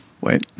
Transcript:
Wait